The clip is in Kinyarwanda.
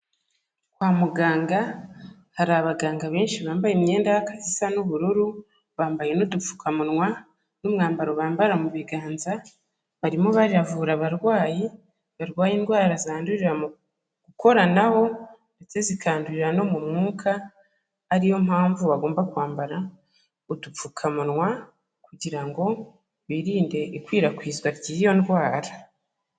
Kwa muganga hari abaganga benshi bambaye imyenda y'akazi isa n'ubururu, bambaye n'udupfukamunwa n'umwambaro bambara mu biganza, barimo baravura abarwayi barwaye indwara zandurira mu gukoranaho ndetse zikandurira no mu mwuka, ari yo mpamvu bagomba kwambara udupfukamunwa kugira ngo birinde ikwirakwizwa ry'iyo ndwara.